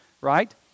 right